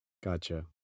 gotcha